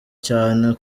cyane